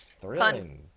Thrilling